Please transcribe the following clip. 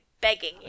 begging